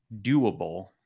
doable